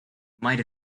might